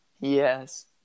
Yes